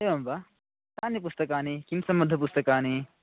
एवं वा कानि पुस्तकानि किं सम्बन्धः पुस्तकानि